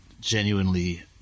genuinely